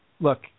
look